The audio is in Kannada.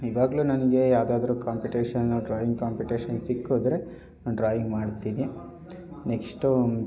ಈವಾಗ್ಲೂ ನನಗೆ ಯಾವ್ದಾದ್ರೂ ಕಾಂಪಿಟೇಶನು ಡ್ರಾಯಿಂಗ್ ಕಾಂಪಿಟೇಶನ್ ಸಿಕ್ಕಿದ್ರೆ ಡ್ರಾಯಿಂಗ್ ಮಾಡ್ತೀನಿ ನೆಕ್ಸ್ಟು